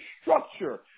structure